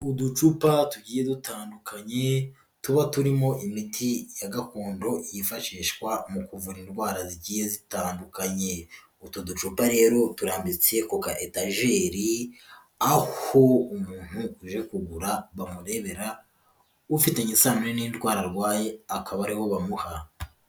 Uducupa tugiye dutandukanye, tuba turimo imiti ya gakondo yifashishwa mu kuvura indwara zigiye zitandukanye. Utu ducupa rero turambitse ku kayetajeri aho umuntu uje kugura bamurebera, ufitanye isano n'indwara arwaye, akaba ari wo bamuha.